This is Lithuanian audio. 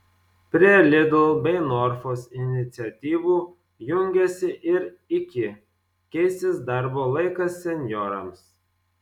prie lidl bei norfos iniciatyvų jungiasi ir iki keisis darbo laikas senjorams